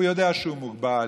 הוא יודע שהוא מוגבל,